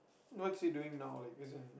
what's he doing now like as in